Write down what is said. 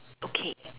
okay